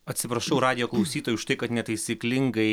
atsiprašau radijo klausytojų už tai kad netaisyklingai